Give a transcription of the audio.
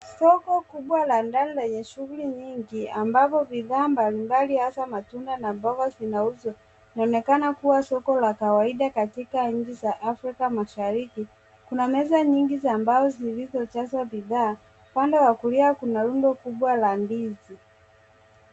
Soko kubwa la ndani lenye shughuli nyingiambapo bidhaa mbalimbali hasa matunda na mboga zinauzwa. Inaonekana kuwa soko la kawaida katika nchi za Afrika Mashiriki. Kuna meza nyingi za mbao zilizojazwa bidhaa. Upande wa kulia kuna rundo kubwa la ndizi.